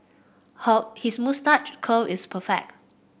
he his moustache curl is perfect